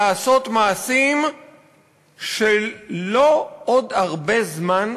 לעשות מעשים שלא עוד הרבה זמן,